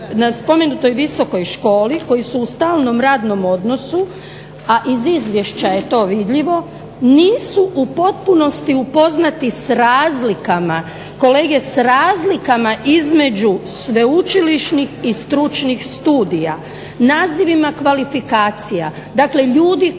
na spomenutoj visokoj školi koji su u stalnom radnom odnosu, a iz izvješća je to vidljivo, nisu u potpunosti upoznati s razlikama, kolege s razlikama između sveučilišnih i stručnih studija, nazivima kvalifikacija. Dakle ljudi koji